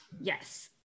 Yes